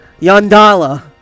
Yandala